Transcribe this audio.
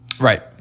Right